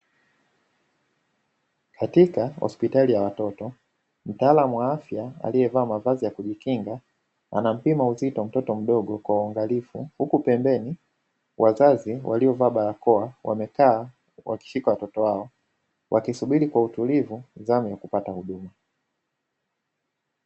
Katika hospitali ya watoto mtaalamu wa afya aliye vaa mavazi ya kujikinga anampima uzito mtoto mdogo kwa uangalifu; huku pembeni wazazi waliovaa barakoa wamekaa wakishika watoto wao, wakisubiri kwa utulivu zamu ya kupata huduma.